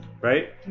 right